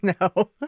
no